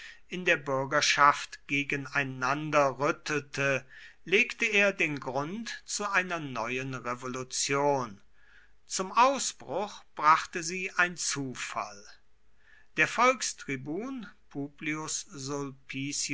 in der bürgerschaft gegeneinander rüttelte legte er den grund zu einer neuen revolution zum ausbruch brachte sie ein zufall der